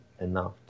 enough